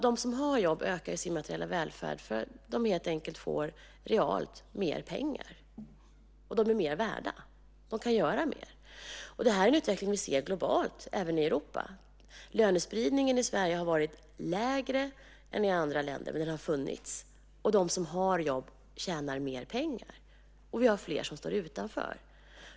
De som har jobb ökar sin materiella välfärd eftersom de helt enkelt realt får mer pengar och de är mer värda. De kan göra mer. Den här utvecklingen ser vi även i Europa. Lönespridningen i Sverige har varit lägre än i andra länder, men den har funnits. De som har jobb tjänar mer pengar, och vi har fler som står utanför.